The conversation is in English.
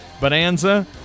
bonanza